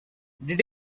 did